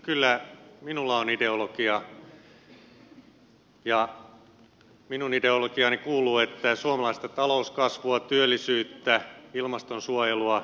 kyllä minulla on ideologia ja minun ideologiaani kuuluu että suomalaista talouskasvua työllisyyttä ilmastonsuojelua edistetään